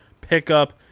Pickup